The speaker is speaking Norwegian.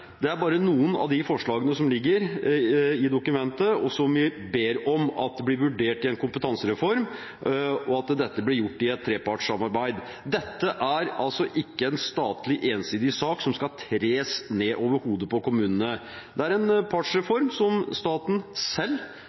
Det er bare noen av de forslagene som ligger i dokumentet, og som vi ber om at blir vurdert i en kompetansereform, og om at dette blir gjort i et trepartssamarbeid. Dette er altså ikke en statlig, ensidig sak som skal tres ned over hodet på kommunene. Det er en partsreform, som staten selv